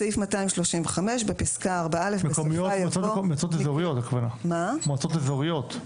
מועצות מקומיות, הכוונה מועצות אזוריות.